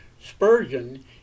Spurgeon